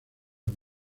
muy